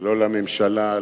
לא לממשלה,